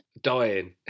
dying